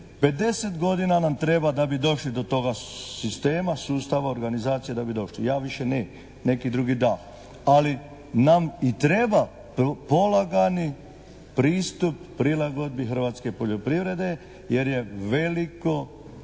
50 godina nam treba da bi došli do toga sistema, sustava, organizacije da bi došli. Ja više ne. Neki drugi da. Ali nam i treba polagani pristup prilagodbi hrvatske poljoprivrede jer je veliki